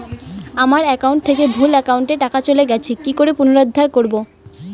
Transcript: আমার একাউন্ট থেকে ভুল একাউন্টে টাকা চলে গেছে কি করে পুনরুদ্ধার করবো?